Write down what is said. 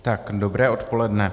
Tak dobré odpoledne.